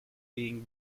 being